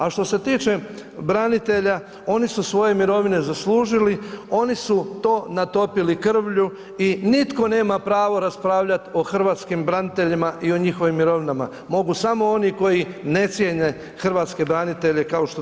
A što se tiče branitelja, oni su svoje mirovine zaslužili, oni su to natopili krvlju i nitko nema pravo raspravljati o hrvatskim braniteljima i o njihovim mirovinama, mogu samo oni koji ne cijene hrvatske branitelje kao što to